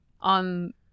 on